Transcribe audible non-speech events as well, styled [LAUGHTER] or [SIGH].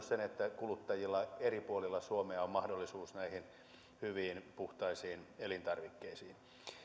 [UNINTELLIGIBLE] sen että kuluttajilla eri puolilla suomea on mahdollisuus näihin hyviin puhtaisiin elintarvikkeisiin